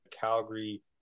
Calgary